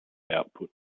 output